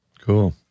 cool